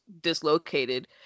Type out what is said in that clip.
dislocated